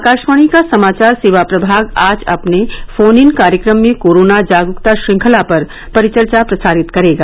आकाशवाणी का समाचार सेवा प्रभाग आज अपने फोन इन कार्यक्रम में कोरोना जागरूकता श्रृंखला पर परिचर्चा प्रसारित करेगा